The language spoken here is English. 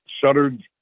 shuttered